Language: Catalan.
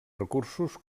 recursos